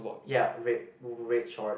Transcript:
ya red red short